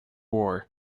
war